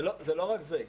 זה לא רק זה.